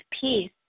Peace